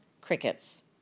crickets